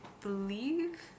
believe